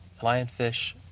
lionfish